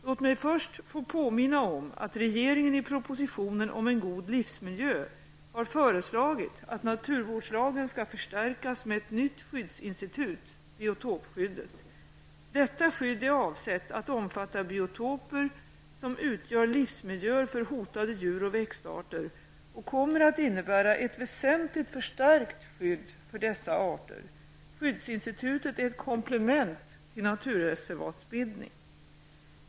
Låt mig först få påminna om att regeringen i propositionen om En god livsmiljö har föreslagit att naturvårdslagen skall förstärkas med ett nytt skyddsinstitut, biotopskyddet. Detta skydd är avsett att omfatta biotoper som utgör livsmiljöer för hotade djur och växtarter och kommer att innebära ett väsentligt förstärkt skydd för dessa arter. Skyddsinstitutet är ett komplement till naturreservatsbildning.